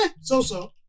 So-so